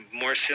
more